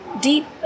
deep